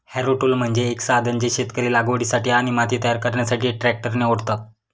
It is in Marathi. हॅरो टूल म्हणजे एक साधन जे शेतकरी लागवडीसाठी आणि माती तयार करण्यासाठी ट्रॅक्टरने ओढतात